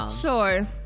Sure